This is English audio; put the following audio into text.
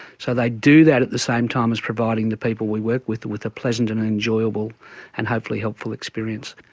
so they do that at the same time as providing the people we work with with a pleasant and enjoyable and hopefully helpful experience.